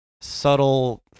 subtle